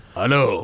Hello